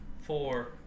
four